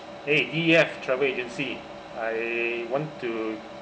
!hey! D E F travel agency I want to